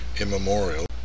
immemorial